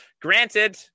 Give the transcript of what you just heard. granted